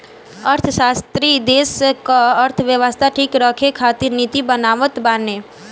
अर्थशास्त्री देस कअ अर्थव्यवस्था ठीक रखे खातिर नीति बनावत बाने